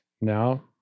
now